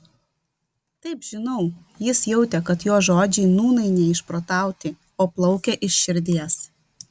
taip žinau jis jautė kad jo žodžiai nūnai ne išprotauti o plaukia iš širdies